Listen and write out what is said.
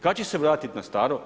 Kad će se vratiti na staro?